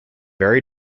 very